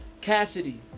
Cassidy